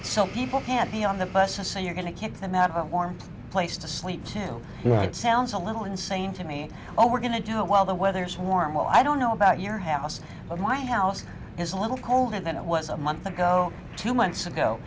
so people can't be on the bus to say you're going to kick them out of warm place sleep to yeah it sounds a little insane to me oh we're going to talk while the weather is warm well i don't know about your house of my house is a little colder than it was a month ago two months ago